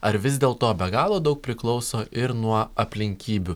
ar vis dėl to be galo daug priklauso ir nuo aplinkybių